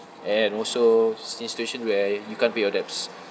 and also si~ situation where you can't pay your debts